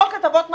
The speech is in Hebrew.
חוק הטבות מס,